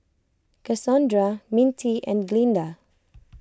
Cassondra Mintie and Glynda